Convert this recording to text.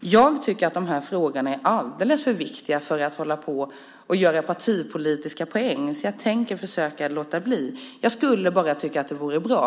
Jag tycker att de här frågorna är alldeles för viktiga för att man ska hålla på att göra partipolitiska poäng, så jag tänker försöka att låta bli. Jag skulle tycka att det vore bra.